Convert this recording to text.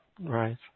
right